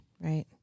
right